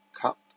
Cup